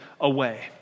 away